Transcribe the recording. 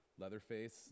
Leatherface